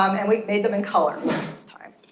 um and we made them in color this time.